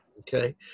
Okay